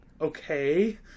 okay